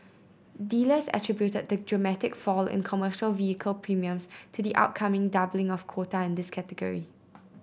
dealers attributed the dramatic fall in commercial vehicle premiums to the upcoming doubling of quota in this category